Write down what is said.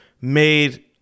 made